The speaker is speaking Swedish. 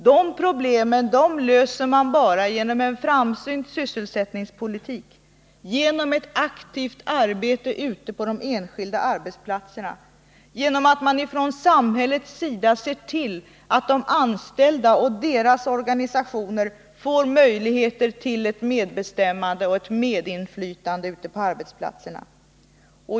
De problemen löser man bara genom en framsynt sysselsättningspolitik, genom ett aktivt arbete ute på de enskilda arbetsplatserna, genom att man från samhällets sida ser till att de anställda och deras organisationer får möjligheter till ett medbestämmande och ett medinflytande ute på arbetsplatserna.